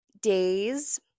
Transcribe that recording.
Days